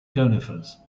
conifers